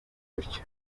gutyo